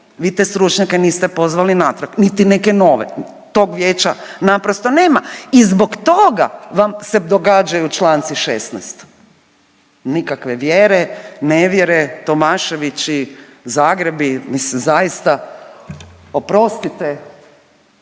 vi te stručnjake niste pozvali natrag niti neke nove. Tog vijeća naprosto nema i zbog toga vam se događaju članci 16., nikakve vjere, nevjere, Tomaševići, Zagrebi mislim zaista, oprostite